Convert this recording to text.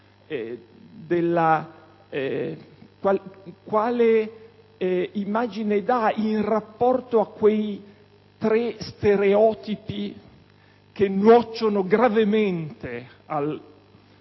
Quale immagine dà in rapporto a quei tre stereotipi che nuocciono gravemente al